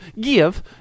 Give